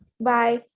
Bye